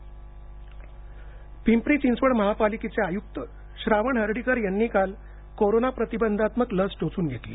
पिंपरी आयक्त पिंपरी चिंचवड महापालिकेचे आयुक्त श्रावण हर्डीकर यांनी काल कोरोना प्रतिबंधात्मक लस टोचून घेतली